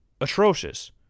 atrocious